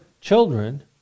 children